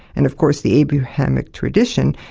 and of course the abrahamic tradition